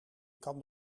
kan